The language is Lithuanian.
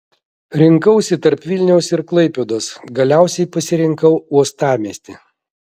rinkausi tarp vilniaus ir klaipėdos galiausiai pasirinkau uostamiestį